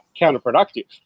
counterproductive